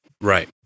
Right